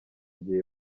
gihe